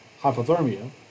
hypothermia